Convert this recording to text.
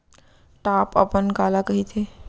Top अपन काला कहिथे?